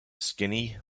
skinny